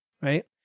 right